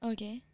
Okay